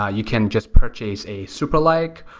ah you can just purchase a super like,